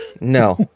No